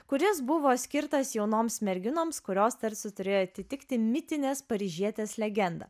kuris buvo skirtas jaunoms merginoms kurios tarsi turėjo atitikti mitinės paryžietės legendą